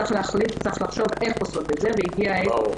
צריך לחשוב איך לעשות את זה והגיעה העת